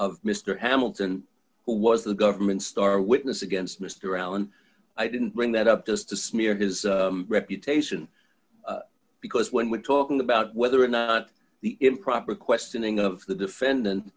of mr hamilton who was the government's star witness against mr allen i didn't bring that up just to smear his reputation because when we're talking about whether or not the improper questioning of the defendant